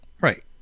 Right